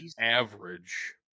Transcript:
average